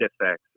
effects